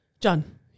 John